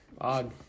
Odd